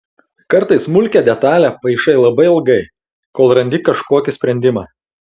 kartais smulkią detalią paišai labai ilgai kol randi kažkokį sprendimą